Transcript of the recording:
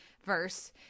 verse